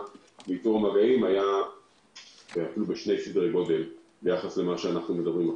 מאיתור המגעים היה גדול בשני סדרי גודל לעומת עכשיו,